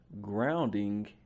grounding